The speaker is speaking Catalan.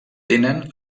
tenen